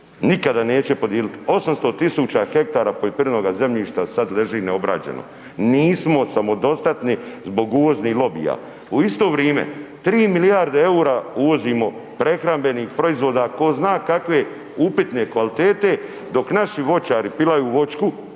Nikada neće podijeliti 800 tisuća hektara poljoprivrednoga zemljišta sad leži neobrađeno. Nismo samodostatni zbog uvoznih lobija. U isto vrijeme 3 milijarde eura uvozimo prehrambenih proizvoda tko zna kakve upitne kvalitete, dok naši voćari pilaju voćku